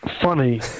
funny